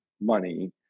money